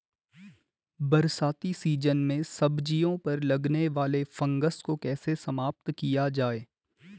बरसाती सीजन में सब्जियों पर लगने वाले फंगस को कैसे समाप्त किया जाए?